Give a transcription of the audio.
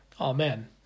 Amen